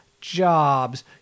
Jobs